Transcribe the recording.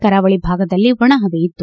ಕರಾವಳಿ ಭಾಗದಲ್ಲಿ ಒಣಹವೆ ಇತ್ತು